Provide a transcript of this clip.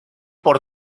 por